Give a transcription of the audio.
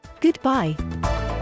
Goodbye